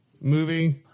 movie